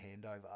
handover